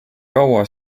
kaua